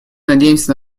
надеемся